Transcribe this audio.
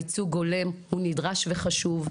הייצוג ההולם הוא נדרש וחשוב.